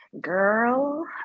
girl